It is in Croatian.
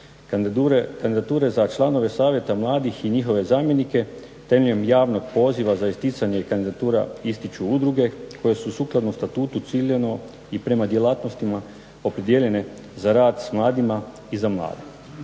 Kandidature za članove savjeta mladih i njihove zamjenike temeljem javnog poziva za isticanje kandidatura ističu udruge koje su sukladno Statutu ciljano i prema djelatnostima opredijeljene za rad s mladima i za mlade.